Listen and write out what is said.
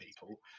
people